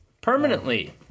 Permanently